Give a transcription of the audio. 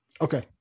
okay